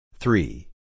Three